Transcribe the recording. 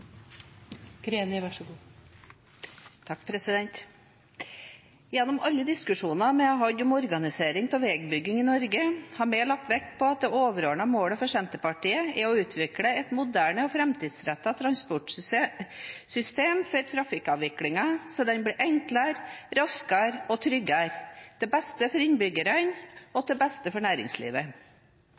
Gjennom alle diskusjoner vi har hatt om organisering av veibygging i Norge, har vi lagt vekt på at det overordnede målet for Senterpartiet er å utvikle et moderne og framtidsrettet transportsystem for trafikkavviklingen, slik at den blir enklere, raskere og tryggere – til beste for innbyggerne og til beste for næringslivet.